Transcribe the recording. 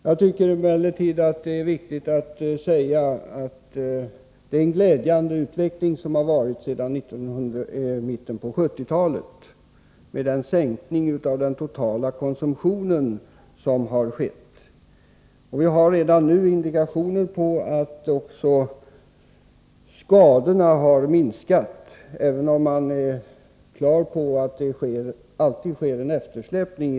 Jag tycker emellertid att det är viktigt att framhålla att vi från mitten av 1970-talet har haft en glädjande utveckling med tanke på sänkningen av den totala alkoholkonsumtionen. Redan nu finns det också indikationer på att skadorna har minskat i omfattning, även om man är på det klara med att det här alltid rör sig om en eftersläpning.